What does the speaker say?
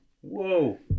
Whoa